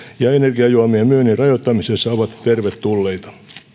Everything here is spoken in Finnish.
ja energiajuomien myynnin rajoittamisessa ovat tervetulleita